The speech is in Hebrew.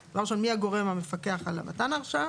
אז דבר ראשון מי הגורם המפקח על מתן ההרשאה